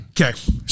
Okay